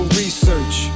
research